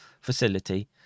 facility